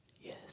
yes